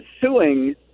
suing